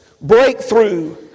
Breakthrough